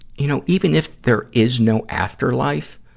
you know, even if there is no afterlife,